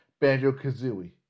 Banjo-Kazooie